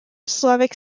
slavic